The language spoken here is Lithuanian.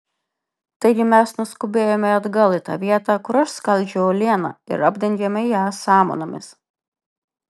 taigi mes nuskubėjome atgal į tą vietą kur aš skaldžiau uolieną ir apdengėme ją samanomis